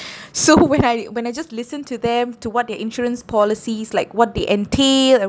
so when I when I just listen to them to what their insurance policies like what they entail and